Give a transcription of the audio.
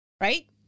right